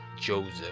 Joseph